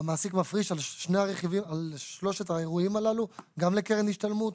המעסיק מפריש על שלושת האירועים הללו גם לקרן השתלמות,